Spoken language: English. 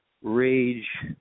rage